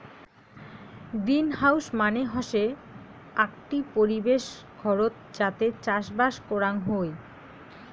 greenhouse মানে হসে আকটি পরিবেশ ঘরত যাতে চাষবাস করাং হই